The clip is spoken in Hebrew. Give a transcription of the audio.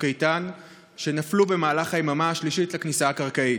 איתן שנפלו במהלך היממה השלישית לכניסה הקרקעית: